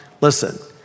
listen